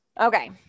okay